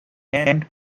and